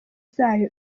zayo